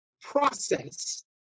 process